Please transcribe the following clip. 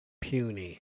Puny